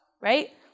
right